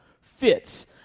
fits